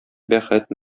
бәхет